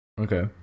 okay